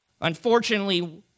Unfortunately